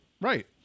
Right